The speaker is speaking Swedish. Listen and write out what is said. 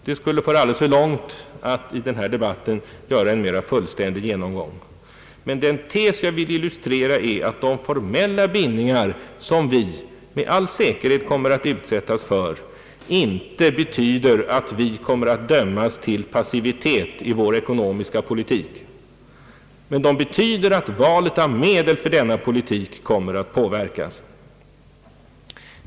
Det skulle föra alldeles för långt att i denna debatt göra en mera fullständig genomgång av detta, men de formella bindningar som vi med all säkerhet kommer att utsättas för betyder inte att vi kommer att dömas till passivitet i vår ekonomiska politik. De betyder att valet av medel för denna politik kommer att påverkas.